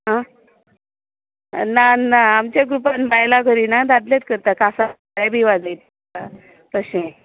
आह ना ना आमचे ग्रुपांत बायला करीना दादलेत करता कासाळें बी वाजय ता तशें